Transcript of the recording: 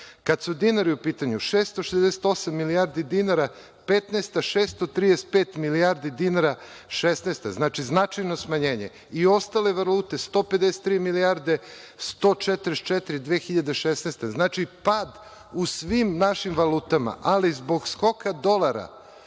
Kada su dinari u pitanju: 668 milijardi dinara 2015, 635 milijardi dinara – 2016. Znači, značajno smanjenje i ostale valute: 153 milijarde 144 – 2016. godine. Znači, pad u svim našim valutama, ali zbog skoka dolara